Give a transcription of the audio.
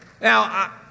Now